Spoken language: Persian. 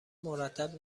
مرتب